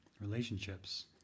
relationships